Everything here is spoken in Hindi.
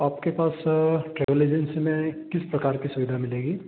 आपके पास ट्रैवल एजेंसी में किस प्रकार की सुविधा मिलेंगी